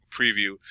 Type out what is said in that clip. preview